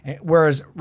Whereas